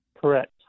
correct